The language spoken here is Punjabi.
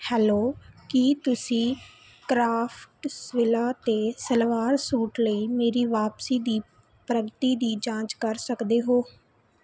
ਹੈਲੋ ਕੀ ਤੁਸੀਂ ਕਰਾਫਟਸਵਿਲਾ 'ਤੇ ਸਲਵਾਰ ਸੂਟ ਲਈ ਮੇਰੀ ਵਾਪਸੀ ਦੀ ਪ੍ਰਗਤੀ ਦੀ ਜਾਂਚ ਕਰ ਸਕਦੇ ਹੋ